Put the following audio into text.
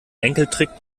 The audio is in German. enkeltrick